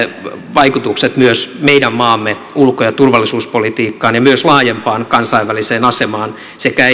vaikutukset myös meidän maamme ulko ja turvallisuuspolitiikkaan ja myös laajempaan kansainväliseen asemaan sekä